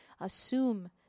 assume